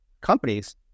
companies